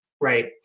right